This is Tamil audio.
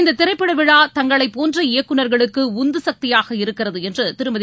இந்த திரைப்பட விழா தங்களைப்போன்ற இயக்குநர்களுக்கு உந்து சக்தியாக இருக்கிறது என்று திருமதி